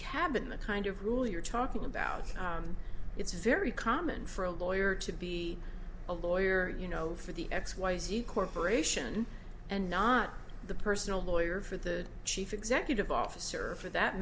cabin the kind of rule you're talking about it's very common for a lawyer to be a lawyer you know for the x y z corporation and not the personal lawyer for the chief executive officer for that